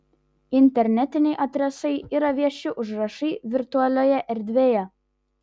internetiniai adresai yra vieši užrašai virtualioje erdvėje